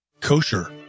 Kosher